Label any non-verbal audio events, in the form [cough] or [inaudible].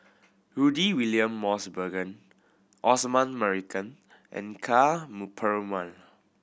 Rudy William Mosbergen Osman Merican and Ka [unintelligible] Perumal